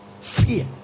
Fear